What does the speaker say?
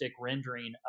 rendering